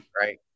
right